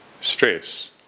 stress